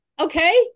okay